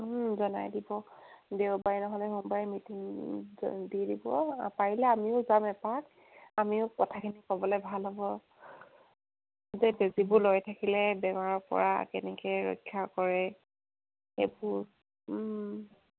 জনাই দিব দেওবাৰে নহ'লে সোমবাৰে মিটিং দি দিব পাৰিলে আমিও যাম এপাক আমিও কথাখিনি ক'বলৈ ভাল হ'ব যে বেজীবোৰ লৈ থাকিলে বেমাৰৰপৰা কেনেকৈ ৰক্ষা পৰে সেইবোৰ